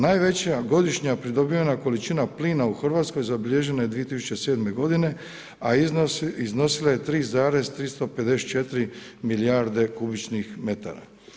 Najveća godišnja pridobivena količina plina u Hrvatskoj zabilježena je 2007. godine, a iznosila je 3,354 milijarde kubičnih metara.